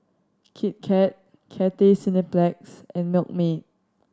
Kit Kat Cathay Cineplex and Milkmaid